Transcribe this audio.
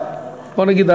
בוא נגיד,